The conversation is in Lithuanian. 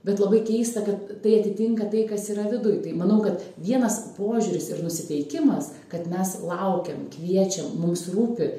bet labai keista kad tai atitinka tai kas yra viduj tai manau kad vienas požiūris ir nusiteikimas kad mes laukiam kviečiam mums rūpi